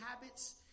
habits